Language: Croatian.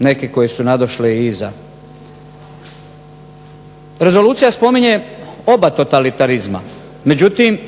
neke koje su nadošle iza. Rezolucija spominje oba totalitarizma. Međutim,